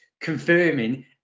confirming